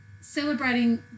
celebrating